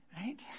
Right